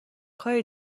کاری